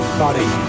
body